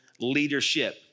leadership